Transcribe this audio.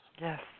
Yes